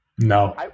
No